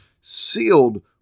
sealed